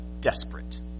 desperate